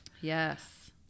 Yes